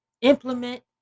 implement